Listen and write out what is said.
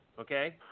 okay